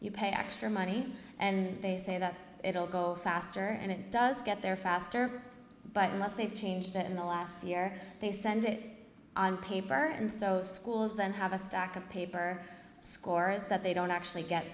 you pay extra money and they say that it'll go faster and it does get there faster but unless they've changed it in the last year they send it on paper and so schools then have a stack of paper scores that they don't actually get